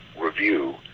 review